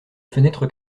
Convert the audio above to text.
fenêtres